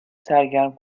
سرگرم